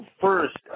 first